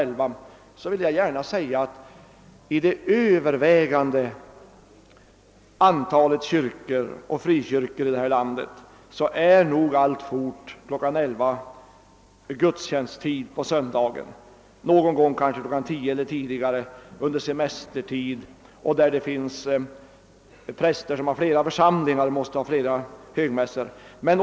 11, vill jag gärna framhålla att i det övervägande antalet kyrkor och frikyrkor är nog alltfort kl. 11 gudstjänsttid på söndagen. Någon gång är det kanske kl. 10 eller tidigare, t.ex. under semestertid och där prästen har flera församlingar och måste hålla flera högmässor.